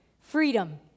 freedom